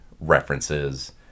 references